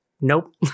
nope